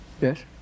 yes